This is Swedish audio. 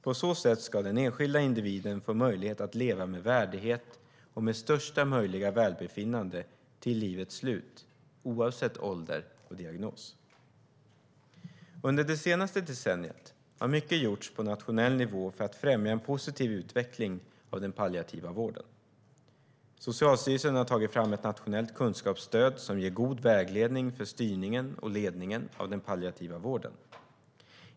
På så sätt ska den enskilda individen få möjlighet att leva med värdighet och med största möjliga välbefinnande till livets slut, oavsett ålder och diagnos. Under det senaste decenniet har mycket gjorts på nationell nivå för att främja en positiv utveckling av den palliativa vården. Socialstyrelsen har tagit fram ett nationellt kunskapsstöd som ger god vägledning för styrningen och ledningen av den palliativa vården.